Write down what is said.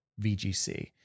VGC